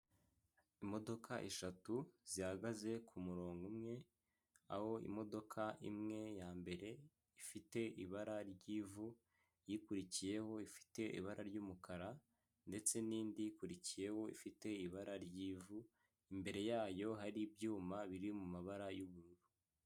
Imodoka eshatu zihagaze ku murongo umwe, aho imodoka imwe ya mbere ifite ibara ry'ivu, ikurikiyeho ifite ibara ry'umukara ndetse n'indi ikurikiyeho ifite ibara ry'ivu, imbere yayo hari ibyuma biri mu mabara y'ubururu.